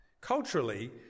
Culturally